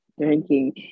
drinking